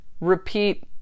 repeat